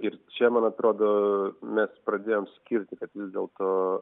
ir čia man atrodo mes pradėjom skirti kad vis dėlto